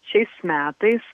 šiais metais